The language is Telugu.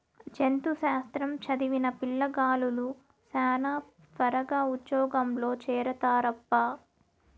జంతు శాస్త్రం చదివిన పిల్లగాలులు శానా త్వరగా ఉజ్జోగంలో చేరతారప్పా